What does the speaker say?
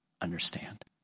understand